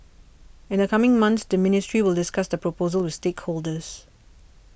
in the coming months the ministry will discuss the proposal with stakeholders